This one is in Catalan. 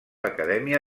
acadèmia